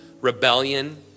rebellion